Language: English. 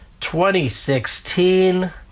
2016